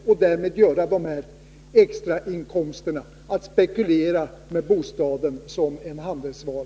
Genom att spekulera, genom att använda bostaden som handelsvara, skaffar man sig således extrainkomster.